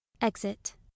exit